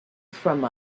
from